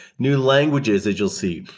new languages that you'll see,